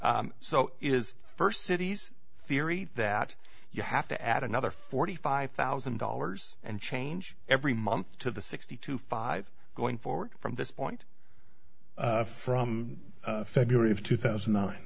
ok so is the first cities theory that you have to add another forty five thousand dollars and change every month to the sixty to five going forward from this point from february of two thousand